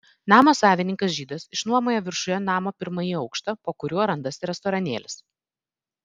namo savininkas žydas išnuomoja viršuje namo pirmąjį aukštą po kuriuo randasi restoranėlis